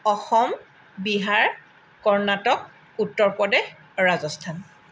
Assam Bihar Karnataka Uttar Pradesh Rajasthan